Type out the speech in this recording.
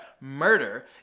murder